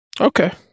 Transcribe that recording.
Okay